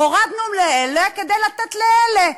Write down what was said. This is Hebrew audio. הורדנו מאלה כדי לתת לאלה,